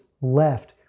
left